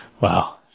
Wow